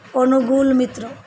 କଣୁଗୁଲ ମିତ୍ର